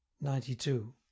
Ninety-two